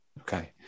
Okay